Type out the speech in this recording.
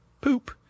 poop